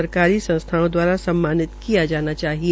सरकारी संस्थाओं द्वारा सम्मानित किया जाना चाहिए